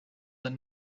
that